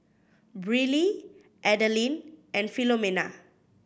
Briley Adeline and Philomena